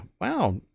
Wow